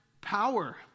power